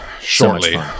shortly